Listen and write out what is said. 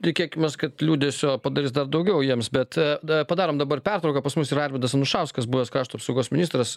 tikėkimės kad liūdesio padarys dar daugiau jiems bet padarom dabar pertrauką pas mus yra arvydas anušauskas buvęs krašto apsaugos ministras